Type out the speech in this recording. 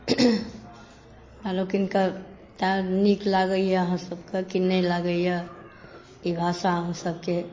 ई केहन छै ओ तऽ अहीं सब बता सकै छी हमरा तऽ नहि यऽ पता जे मैथिली भाषाके बारेमे